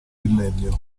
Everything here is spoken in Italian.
millennio